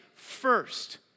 first